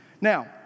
now